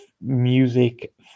music